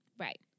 Right